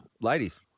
ladies